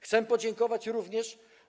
Chcę podziękować również.